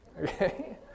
Okay